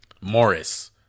Morris